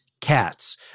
cats